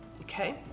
okay